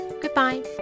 Goodbye